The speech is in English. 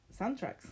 Soundtracks